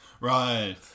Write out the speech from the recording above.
Right